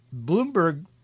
Bloomberg